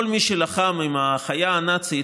בחיה הנאצית,